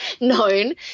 known